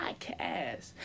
podcast